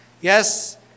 Yes